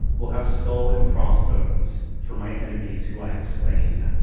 will have skull and crossbones for my enemies who i have slain.